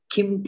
Kim